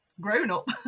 grown-up